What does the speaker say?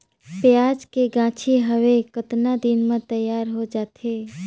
पियाज के गाछी हवे कतना दिन म तैयार हों जा थे?